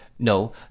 No